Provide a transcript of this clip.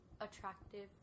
attractive